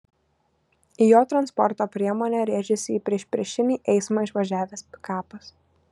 į jo transporto priemonę rėžėsi į priešpriešinį eismą išvažiavęs pikapas